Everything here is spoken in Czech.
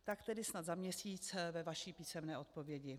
Tak tedy snad za měsíc ve vaší písemné odpovědi.